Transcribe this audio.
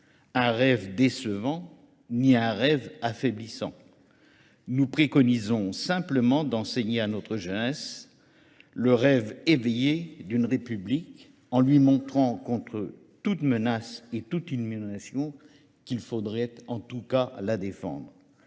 un rêve décevant ni un rêve affaiblissant. Nous préconisons simplement d'enseigner à notre jeunesse le rêve éveillé d'une République en lui montrant contre toute menace et toute illumination qu'il faudrait en tout cas la défendre.